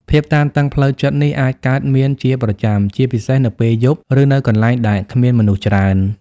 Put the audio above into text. ភាពតានតឹងផ្លូវចិត្តនេះអាចកើតមានជាប្រចាំ ជាពិសេស នៅពេលយប់ ឬនៅកន្លែងដែល គ្មានមនុស្សច្រើន។